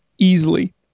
Easily